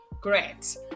great